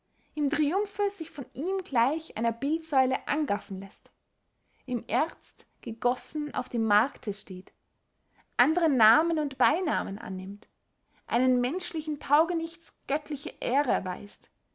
im triumphe sich von ihm gleich einer bildsäule angaffen läßt in erzt gegossen auf dem markte steht andre namen und beynamen annimmt einem menschlichen taugenichts göttliche ehre erweißt